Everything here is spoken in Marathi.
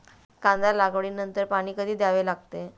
कांदा लागवडी नंतर पाणी कधी द्यावे लागते?